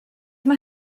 mae